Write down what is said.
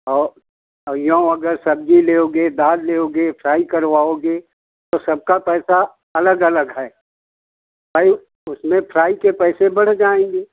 और और यौं अगर सब्जी लोगे दाल लोगे फ्राइ करवाओगे तो सबका पैसा अलग अलग है उसमें फ्राइ के पैसे बढ़ जाएंगे